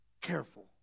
careful